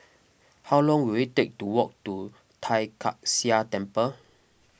how long will it take to walk to Tai Kak Seah Temple